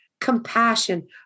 compassion